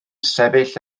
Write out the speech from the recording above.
sefyll